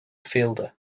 fielder